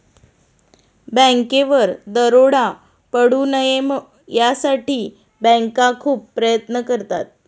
बँकेवर दरोडा पडू नये यासाठी बँका खूप प्रयत्न करतात